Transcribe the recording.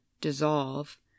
dissolve